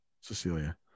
Cecilia